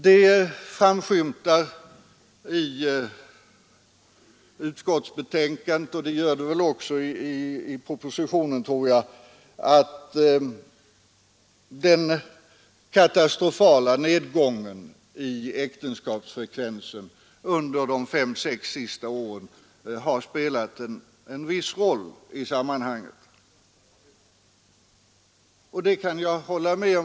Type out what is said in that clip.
Det framskymtar i utskottsbetänkandet och väl också i propositionen att den katastrofala nedgången i äktenskapsfrekvensen under de fem sex senaste åren har spelat en viss roll i sammanhanget.